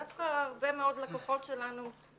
דווקא הרבה מאוד לקוחות שלנו,